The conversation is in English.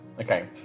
Okay